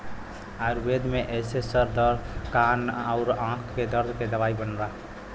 आयुर्वेद में एसे सर दर्द कान आउर आंख के दर्द के दवाई बनला